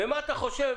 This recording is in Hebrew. ומה אתה חושב,